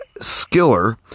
Skiller